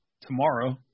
tomorrow